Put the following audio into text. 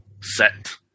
set